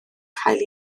cael